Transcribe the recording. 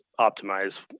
optimize